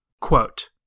quote